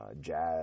jazz